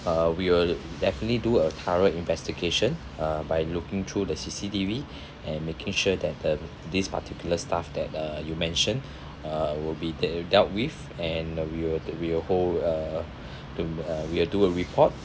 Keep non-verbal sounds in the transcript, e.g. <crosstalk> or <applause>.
uh we will definitely do a thorough investigation uh by looking through the C_C_T_V <breath> and making sure that the this particular staff that uh you mentioned <breath> uh will be de~ dealt with and we will we will hold uh <breath> do uh we'll do a report